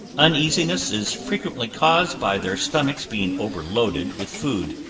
uneasiness is frequently caused by their stomachs being overloaded with food,